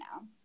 now